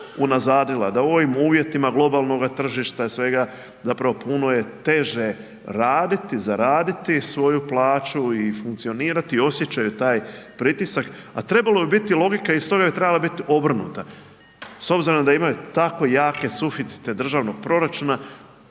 da u ovim uvjetima globalnoga tržišta i svega zapravo puno je teže raditi, zaraditi svoju plaću i funkcionirati, osjećaju taj pritisak a trebalo bi biti logika i stoga je trebala biti obrnuta s obzirom da imaju tako jake suficite državnog proračuna